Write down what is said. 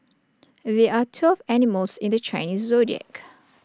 there are twelve animals in the Chinese Zodiac